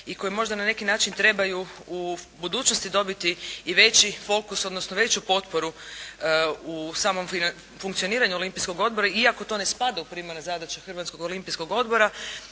i koji možda na neki način trebaju i u budućnosti dobiti veći fokus odnosno veću potporu u samom funkcioniranju Olimpijskog odbora iako to ne spada u primarne zadaće Hrvatskog olimpijskog odbora.